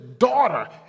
Daughter